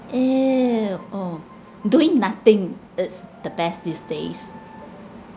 !eww! oh doing nothing it's the best these days